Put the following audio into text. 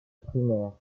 primaire